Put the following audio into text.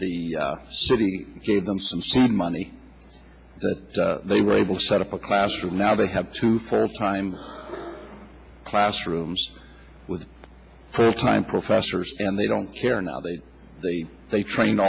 the city gave them some seed money so they were able to set up a classroom now they have to first time classrooms with full time professors and they don't care now they they they train